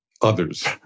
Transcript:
Others